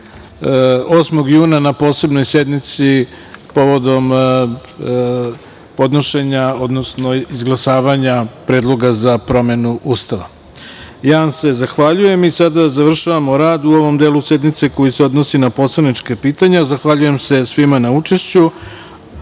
8. juna na Posebnoj sednici povodom podnošenja, odnosno izglasavanja Predloga za promenu Ustava. Ja vam se zahvaljujem. Sada završavamo rad u ovom delu sednice koji se odnosi na poslanička pitanja. Zahvaljujem se svima na učešću. Mi